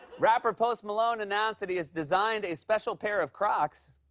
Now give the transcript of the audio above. rapper post malone announced that he has designed a special pair of crocs.